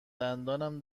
دندانم